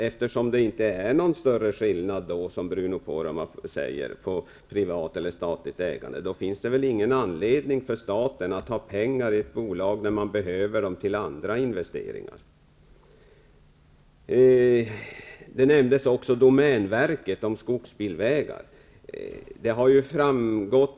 Eftersom det inte är någon större skillnad, som Bruno Poromaa säger, mellan privat och statligt ägande, finns det väl ingen anledning för staten att ha pengar i ett bolag när pengarna behövs för andra investeringar. Domänverket och skogsbilvägarna nämndes också.